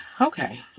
okay